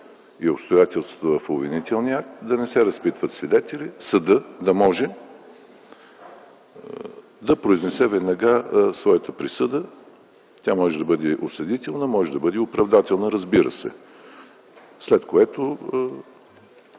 и обстоятелствата в обвинителния акт, да не се разпитват свидетели, съдът да може да произнесе веднага своята присъда. Тя може да бъде осъдителна, може да бъде и оправдателна, разбира се. След което